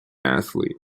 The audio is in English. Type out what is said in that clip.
athlete